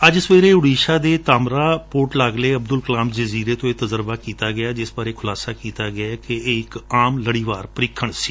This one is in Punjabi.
ਅੱਜ ਸਵੇਰੇ ਉਡੀਸ਼ਾ ਦੇ ਧਰਤਰਾ ਬੰਦਰਗਾਹ ਲਾਗਲੇ ਅਬਦੁਲ ਕਲਾਮ ਜਜ਼ੀਰੇ ਤੋ ਇਹ ਤਜ਼ਰਬਾ ਕੀਤਾ ਗਿਆ ਜਿਸ ਬਾਰੇ ਖੁਲਾਸਾ ਕੀਤਾ ਗਿਆ ਕਿ ਇਹ ਇਕ ਆਮ ਲੜੀਵਾਰ ਪਰੀਖਣ ਸੀ